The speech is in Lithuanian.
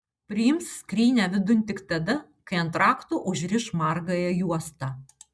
priims skrynią vidun tik tada kai ant rakto užriš margąją juostą